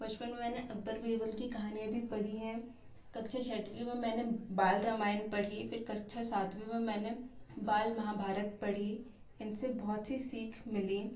बचपन में मैंने अकबर बीरबल की कहानियाँ भी पढ़ी हैं कक्षा छठवीं में मैंने बाल रामायण पढ़ी फिर कक्षा सातवीं में मैंने बाल महाभारत पढ़ी इनसे बहुत सी सीख मिली